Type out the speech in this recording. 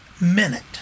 minute